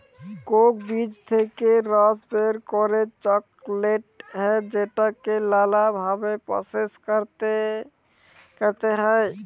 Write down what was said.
Coke বীজ থেক্যে রস বের করে চকলেট হ্যয় যেটাকে লালা ভাবে প্রসেস ক্যরতে হ্য়য়